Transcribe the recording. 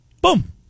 boom